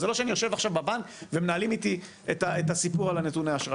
זה לא שאני יושב עכשיו בבנק ומנהלים איתי את הסיפור על נתוני האשראי.